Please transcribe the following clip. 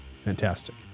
fantastic